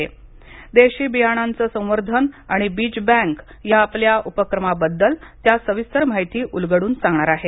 गावराण बियाण्याचं संवर्धन आणि बीज बँक या आपल्या उपक्रमाबद्दल त्या सविस्तर माहिती उलगडून सांगणार आहेत